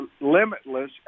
limitless